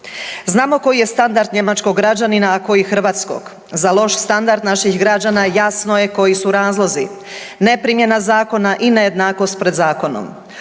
Znamo koji je standard njemačkog građanina, a koji hrvatskog. Za loš standard naših građana jasno je koji su razlozi. Neprimjena zakona i nejednakost pred zakonom.